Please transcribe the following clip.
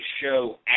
show